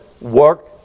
work